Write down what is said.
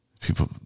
people